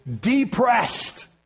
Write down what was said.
depressed